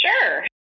Sure